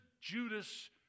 Judas